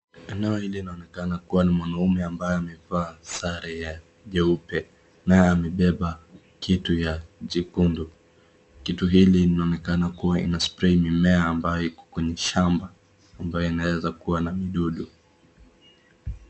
Eneo hili linaonekana kuiwa ni mwanaume ambaye amevaa sare ya nyeupe na amebeba kitu ya jekundu. Kitu hili inaonekana kuwa ina spray mimea ambaye iko kwenye shamba amabye inaeza kuwa na midudu.